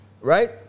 right